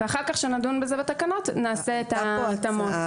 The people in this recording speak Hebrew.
ואחר-כך, כשנדון בזה בתקנות נעשה את ההתאמות.